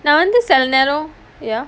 நான் வந்து சில நேரம்:naan vanthu sila neram ya